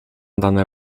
dane